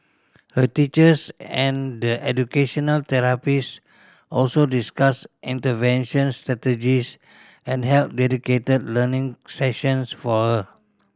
her teachers and the educational therapist also discussed intervention strategies and held dedicated learning sessions for her